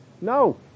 No